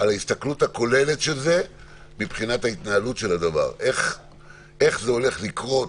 בהסתכלות כוללת של התנהלות הדבר הזה: איך זה הולך לקרות,